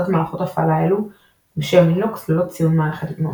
מערכות ההפעלה האלו בשם לינוקס ללא ציון מערכת "גנו".